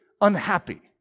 unhappy